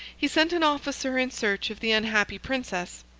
he sent an officer in search of the unhappy princess.